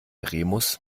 remus